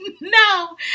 No